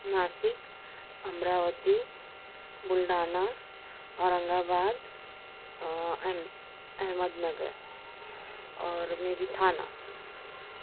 Nashik Amravati Buldhana Aurangabad Ahmednagar اور maybe تھانہ